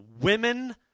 women